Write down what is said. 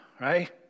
right